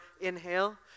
inhale